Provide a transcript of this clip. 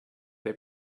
they